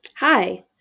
Hi